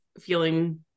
feeling